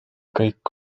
kõik